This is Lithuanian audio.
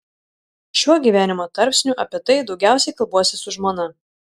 šiuo gyvenimo tarpsniu apie tai daugiausiai kalbuosi su žmona